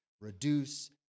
reduce